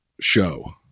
show